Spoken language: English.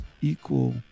equal